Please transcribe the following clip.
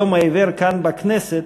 יום העיוור כאן בכנסת,